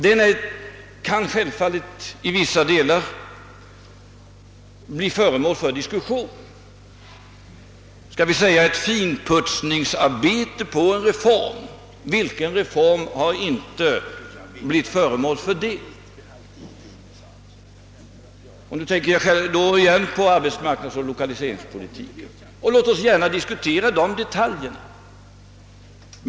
Den kan självfallet i vissa delar bli föremål för diskussion, skall vi säga en finputsning på en reform — vilken reform har inte blivit föremål för det? Låt oss gärna diskutera detaljerna i fråga om arbetsmarknadsoch lokaliseringspolitiken!